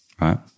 right